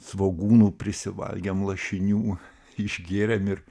svogūnų prisivalgėm lašinių išgėrėm ir